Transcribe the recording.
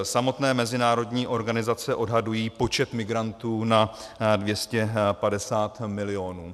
Samotné mezinárodní organizace odhadují počet migrantů na 250 milionů.